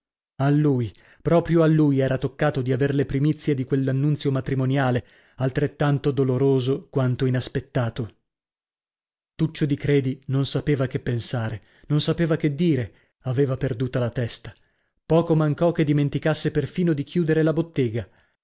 a lui proprio a lui era toccato di aver le primizie di quell'annunzio matrimoniale altrettanto doloroso quanto inaspettato tuccio di credi non sapeva che pensare non sapeva che dire aveva perduta la testa poco mancò che dimenticasse perfino di chiudere la bottega